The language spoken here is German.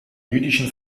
jüdischen